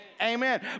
amen